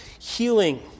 healing